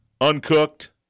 uncooked